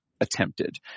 attempted